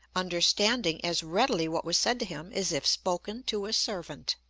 understanding as readily what was said to him as if spoken to a servant.